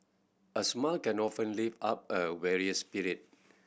a smile can often lift up a weary spirit